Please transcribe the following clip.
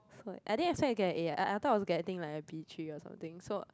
that's why I didn't expect to get an A ah I I thought I was getting a b-three or something so